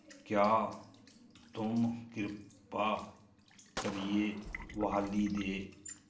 क्या तुम कृपा करियै ब्हाली दे